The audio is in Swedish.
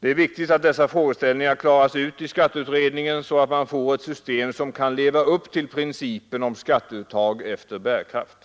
Det är viktigt att dessa frågeställningar klaras ut i skatteutredningen, så att man får ett system som kan leva upp till principen om skatteuttag efter bärkraft.